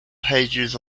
pages